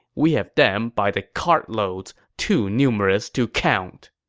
we have them by the cartloads, too numerous to count.